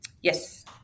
Yes